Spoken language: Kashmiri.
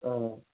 ٲں